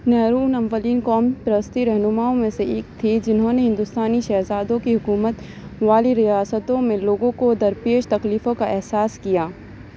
نہرو ان اولین قوم پرست رہنماؤں میں سے ایک تھے جنہوں نے ہندوستانی شہزادوں کی حکومت والی ریاستوں میں لوگوں کو درپیش تکلیفوں کا احساس کیا